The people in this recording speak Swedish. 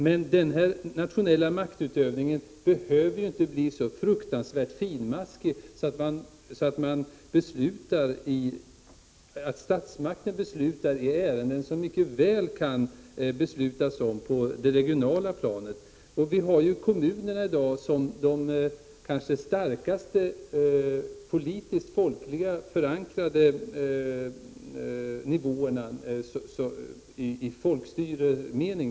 Men denna nationella maktutövning behöver ju inte bli så fruktansvärt finmaskig så att statsmakterna beslutar i ärenden i vilka beslut mycket väl kan fattas på det regionala planet. Kommunerna utgör i dag de nivåer i folkstyrelsemening betraktat som har den politiskt kanske starkaste folkliga förankringen.